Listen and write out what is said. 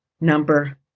Number